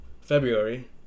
February